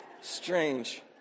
strange